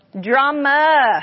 Drama